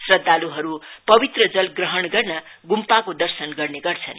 श्रद्धालुहरु पवित्र जल ग्रहण गर्न गुम्पाको दर्शन गर्ने गर्छन्